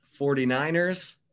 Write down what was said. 49ers